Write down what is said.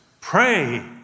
pray